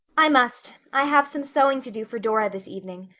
i must. i have some sewing to do for dora this evening.